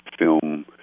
film